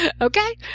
Okay